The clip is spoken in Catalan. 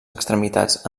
extremitats